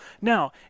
Now